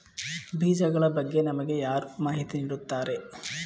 ಬೀಜಗಳ ಬಗ್ಗೆ ನಮಗೆ ಯಾರು ಮಾಹಿತಿ ನೀಡುತ್ತಾರೆ?